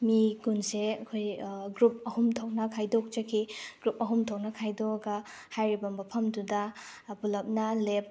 ꯃꯤ ꯀꯨꯟꯁꯦ ꯑꯩꯈꯣꯏ ꯒ꯭ꯔꯨꯞ ꯑꯍꯨꯝ ꯊꯣꯛꯅ ꯈꯥꯏꯗꯣꯛꯆꯈꯤ ꯒ꯭ꯔꯨꯞ ꯑꯍꯨꯝ ꯊꯣꯛꯅ ꯈꯥꯏꯗꯣꯛꯑꯒ ꯍꯥꯏꯔꯤꯕ ꯃꯐꯝꯗꯨꯗ ꯄꯨꯂꯞꯅ ꯂꯦꯞ